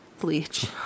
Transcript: Bleach